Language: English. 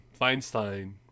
Feinstein